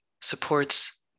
supports